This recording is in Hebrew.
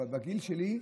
אבל בגיל שלי,